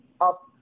up